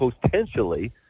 potentially